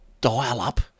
dial-up